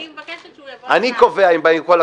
אני מבקשת שהוא יבוא אליו.